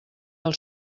del